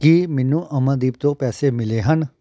ਕੀ ਮੈਨੂੰ ਅਮਨਦੀਪ ਤੋਂ ਪੈਸੇ ਮਿਲੇ ਹਨ